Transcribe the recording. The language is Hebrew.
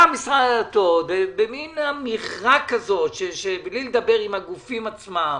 בא משרד הדתות, בלי לדבר עם הגופים עצמם,